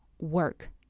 work